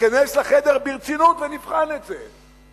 ניכנס לחדר ברצינות ונבחן את זה.